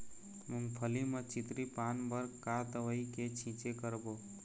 मूंगफली म चितरी पान बर का दवई के छींचे करबो?